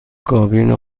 کابین